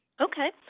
okay